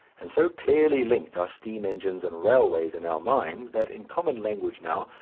and so clearly linked are steam engines and railways in our minds that, in common language now,